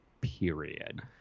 period